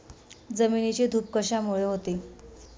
जमिनीची धूप कशामुळे होते?